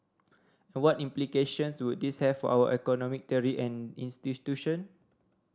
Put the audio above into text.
and what implications would this have for our economic theory and institution